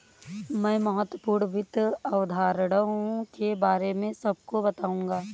मैं महत्वपूर्ण वित्त अवधारणाओं के बारे में सबको बताऊंगा